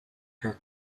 her